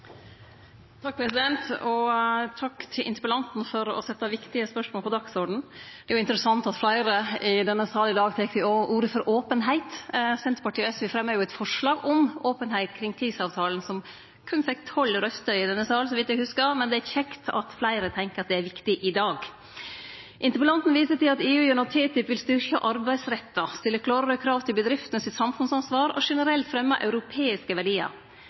interessant at fleire i denne salen i dag tek til orde for openheit. Senterpartiet og SV fremja jo eit forslag om openheit kring TISA-avtalen som berre fekk 12 røyster i denne salen, så vidt eg hugsar, men det er kjekt at fleire tenkjer at det er viktig i dag. Interpellanten viser til at EU gjennom TTIP vil styrkje arbeidsrettar, stille klårare krav til bedriftene sitt samfunnsansvar og generelt fremje «europeiske» verdiar.